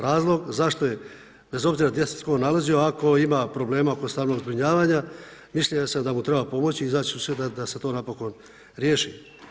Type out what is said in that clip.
Razlog zašto je bez obzira gdje se tko nalazio ako ima problema oko stambenog zbrinjavanja mišljenja sam da mu treba pomoći i izaći u susret da se to napokon riješi.